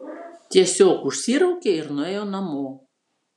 tiesiog užsiraukė ir nuėjo namo